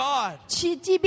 God